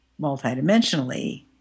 multidimensionally